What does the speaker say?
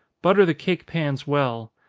butter the cake pans well.